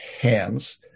hands